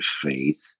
faith